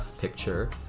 picture